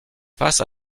face